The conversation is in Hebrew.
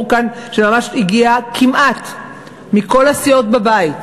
כאן שזה ממש הגיע כמעט מכל הסיעות בבית.